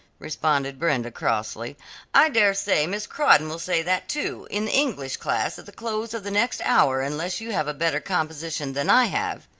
responded brenda crossly i dare say miss crawdon will say that, too, in the english class at the close of the next hour unless you have a better composition than i have.